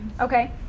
Okay